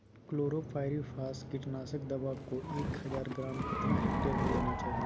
Chlorpyrifos कीटनाशक दवा को एक हज़ार ग्राम कितना हेक्टेयर में देना चाहिए?